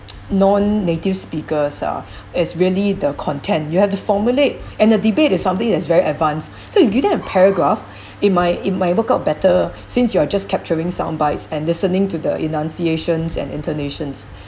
non-native speakers ah is really the content you have to formulate and the debate is something that's very advanced so you give them a paragraph it might it might work out better since you are just capturing sound bytes and listening to the enunciation and intonations